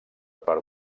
per